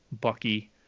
bucky